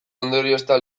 ondoriozta